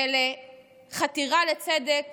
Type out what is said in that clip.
ולחתירה לצדק